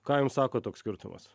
ką jums sako toks skirtumas